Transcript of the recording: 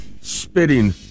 spitting